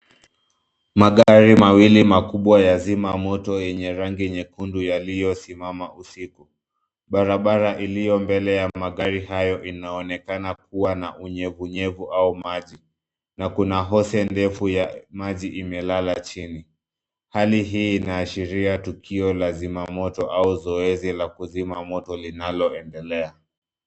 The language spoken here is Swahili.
Magari mawili makubwa ya zimamoto yenye rangi nyekundu yalio simama usiku. Barabara iliyo mbele ya magari hayo inaonekana kuwa na unyevu unyevu au maji, na kuna hose ndefu ya maji imelala chini. Hali hii inaashiria tukio la zimamoto au zoezi la kuzimamoto linalo endelea.